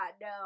no